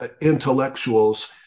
intellectuals